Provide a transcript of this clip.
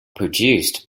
produced